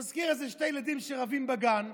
מזכיר איזה שני ילדים שרבים בגן,